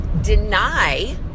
deny